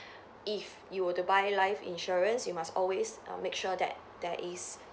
if you were to buy life insurance you must always err make sure that there is